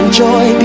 enjoy